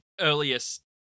earliest